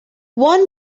one